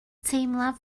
teimlaf